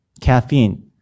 caffeine